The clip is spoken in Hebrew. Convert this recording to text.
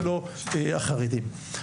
ולא החרדים.